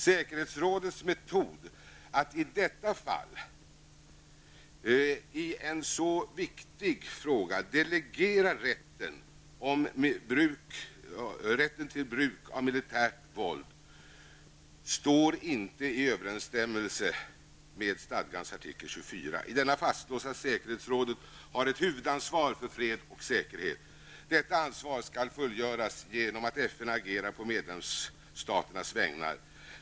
Säkerhetsrådets metod i att detta fall, som är så viktigt, delegera rätten till bruk av militärt våld står inte i överensstämmelse med stadgans artikel 24. I den fastslås att säkerhetsrådet har ett huvudansvar för fred och säkerhet. Detta ansvar skall fullgöras genom att FN agerar på medlemsstaternas vägnar.